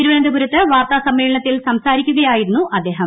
തിരുവനന്തപുരത്ത് വാർത്താ സമ്മേളനത്തിൽ സംസാരിക്കുകയായിരുന്നു അദ്ദേഹം